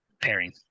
pairing